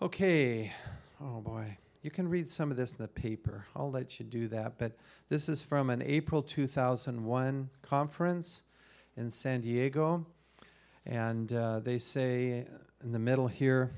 ok oh boy you can read some of this the paper i'll let you do that but this is from an april two thousand and one conference in san diego and they say in the middle here